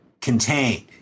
contained